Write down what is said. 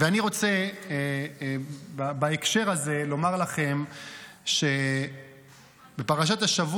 אני רוצה בהקשר הזה לומר לכם שבפרשת השבוע,